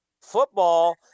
Football –